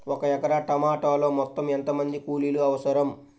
ఒక ఎకరా టమాటలో మొత్తం ఎంత మంది కూలీలు అవసరం?